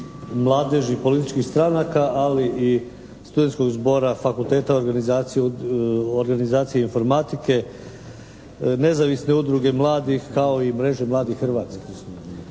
mladeži političkih stranaka ali i Studentskog zbora Fakulteta organizacije informatike, Nezavisne udruge mladih kao i mreža mladih Hrvatske.